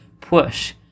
push